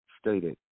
stated